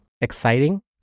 exciting